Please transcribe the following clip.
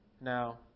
Now